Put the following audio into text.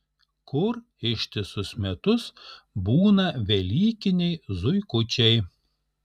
kur ištisus metus būna velykiniai zuikučiai